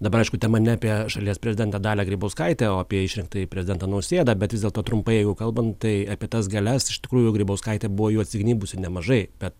dabar aišku tema ne apie šalies prezidentę dalią grybauskaitę o apie išrinktąjį prezidentą nausėdą bet vis dėlto trumpai jeigu kalbant tai apie tas galias iš tikrųjų grybauskaitė buvo jų atsignybusi nemažai bet